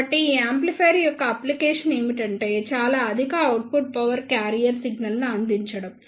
కాబట్టి ఈ యాంప్లిఫైయర్ యొక్క అప్లికేషన్ ఏమిటంటే చాలా అధిక అవుట్పుట్ పవర్ క్యారియర్ సిగ్నల్ను అందించడం